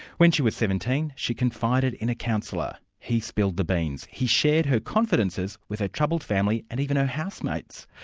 when she was seventeen, she confided in a counsellor. he spilled the beans! he shared her confidences with her troubled family and even her housemates.